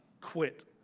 quit